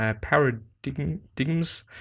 paradigms